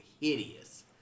hideous